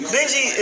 Benji